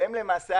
למעשה,